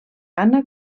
anna